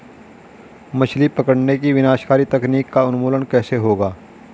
मछली पकड़ने की विनाशकारी तकनीक का उन्मूलन कैसे होगा?